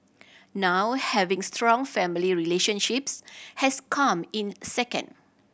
now having strong family relationships has come in second